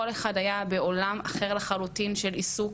כל אחד היה בעולם אחר לחלוטין של עיסוק,